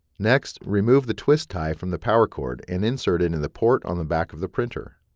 next, remove the twist tie from the power cord and insert it in the port on the back of the printer.